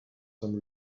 some